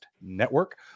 Network